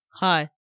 Hi